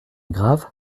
grave